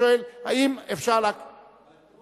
האם אפשר, מדוע